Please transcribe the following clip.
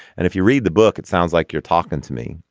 and if you read the book it sounds like you're talking to me.